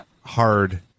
hard